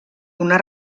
una